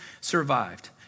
survived